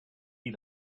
eat